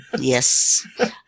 Yes